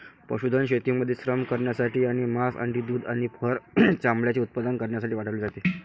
पशुधन शेतीमध्ये श्रम करण्यासाठी आणि मांस, अंडी, दूध आणि फर चामड्याचे उत्पादन करण्यासाठी वाढवले जाते